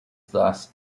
thus